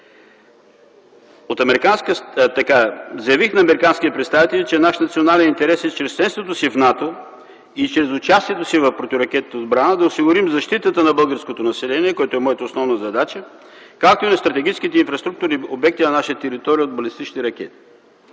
Заявих на американските представители, че наш национален интерес е чрез членството си в НАТО и чрез участието си в противоракетната отбрана да осигурим защитата на българското население, което е моята основна задача, както и на стратегическите инфраструктурни обекти на наша територия от балистични ракети.